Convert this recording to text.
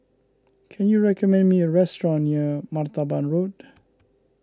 can you recommend me a restaurant near Martaban Road